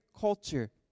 culture